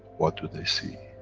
what do they see?